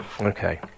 Okay